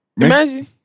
Imagine